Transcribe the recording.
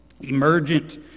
emergent